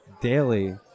daily